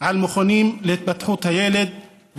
על מכונים להתפתחות הילד,